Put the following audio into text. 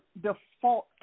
default